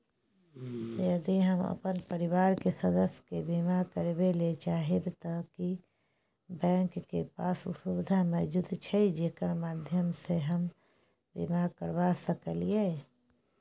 यदि हम अपन परिवार के सदस्य के बीमा करबे ले चाहबे त की बैंक के पास उ सुविधा मौजूद छै जेकर माध्यम सं हम बीमा करबा सकलियै?